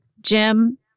Jim